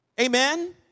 Amen